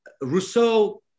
Rousseau